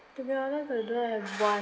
to be honest I don't have one